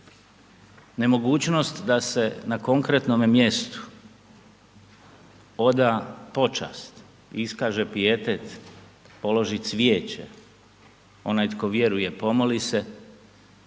Nemogućnost da se na konkretnome mjestu oda počast i iskaže pijetet, položi cvijeće, onaj tko vjeruje pomoli se,